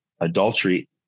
adultery